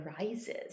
arises